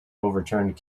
overturned